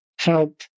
help